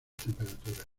temperaturas